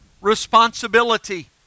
responsibility